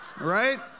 right